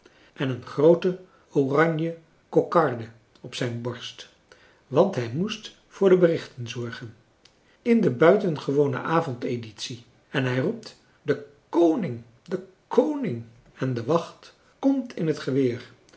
en een groote oranjekokarde op zijn borst want hij moest voor de berichten zorgen in de buitengewone avondeditie en hij roept de khoning de khoning en de wacht komt in het geweer